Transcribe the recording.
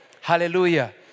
hallelujah